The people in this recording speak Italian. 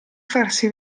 farsi